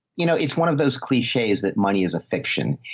you know, it's one of those cliches, that money is a fiction.